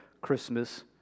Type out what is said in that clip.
Christmas